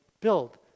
build